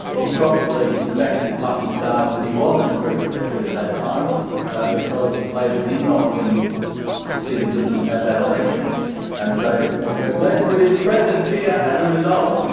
probably thanks his lucky stars that he wasn't preselected at that time because labor did not win the seat of lytton at that election and so we're blessed with his presence here as a result.